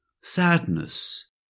sadness